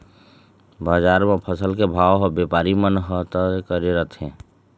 बजार म फसल के भाव ह बेपारी मन ह तय करे रथें